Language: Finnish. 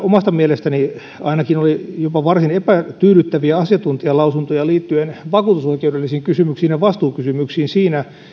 omasta mielestäni oli jopa varsin epätyydyttäviä asiantuntijalausuntoja liittyen vakuutusoikeudellisiin kysymyksiin ja vastuukysymyksiin siinä